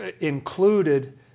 included